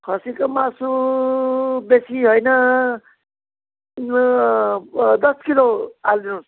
खसीको मासु बेसी होइन यो दस किलो हालिदिनुहोस्